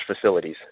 facilities